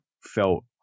felt